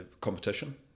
competition